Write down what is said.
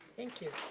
thank you.